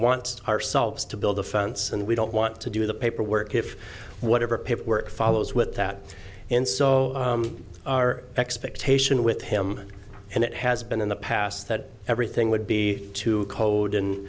want ourselves to build a fence and we don't want to do the paperwork if whatever paperwork follows with that and so our expectation with him and it has been in the past that everything would be to co